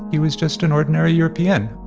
he was just an ordinary european.